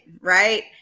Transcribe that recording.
Right